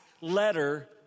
letter